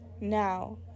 now